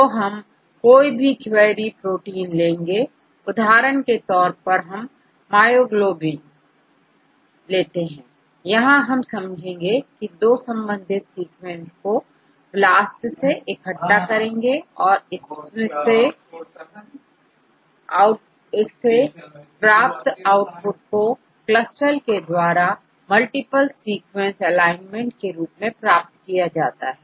तो हम कोई भी क्वेरी प्रोटीन लेंगे उदाहरण के तौर पर मायोग्लोबिन यहां हम समझेंगे की दो संबंधित सीक्वेंस को ब्लास्ट से इकट्ठा करेंगे और इससे प्राप्त आउटपुट को CLUSTAL के द्वारा मल्टीपल सीक्वेंस एलाइनमेंट के रूप में प्राप्त किया जाता है